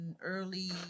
early